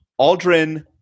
Aldrin